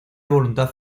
voluntad